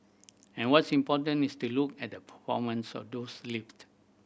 and what's important is to look at the performance of those lift